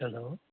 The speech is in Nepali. हेलो